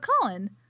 colin